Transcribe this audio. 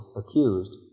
accused